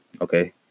okay